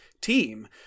team